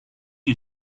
you